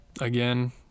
Again